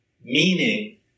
Meaning